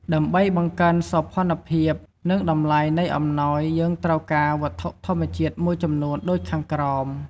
ដើម្បីបង្កើនសោភ័ណភាព និងតម្លៃនៃអំណោយយើងត្រូវការវត្ថុធម្មជាតិមួយចំនួនដូចខាងក្រោម។